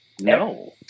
no